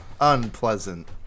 Unpleasant